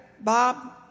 Bob